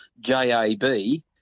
J-A-B